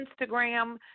Instagram